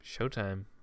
showtime